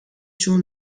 چون